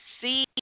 see